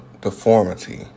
deformity